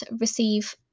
receive